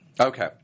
Okay